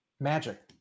magic